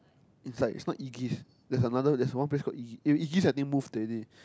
inside it's not Egive there's another there's one place called Egive Egives I think move already